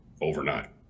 overnight